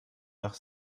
nach